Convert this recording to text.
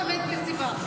וסתם, באמת, בלי סיבה.